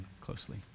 closely